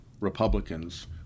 Republicans